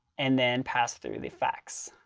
and then pass through the facts.